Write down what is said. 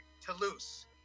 Toulouse